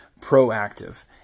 proactive